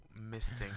misting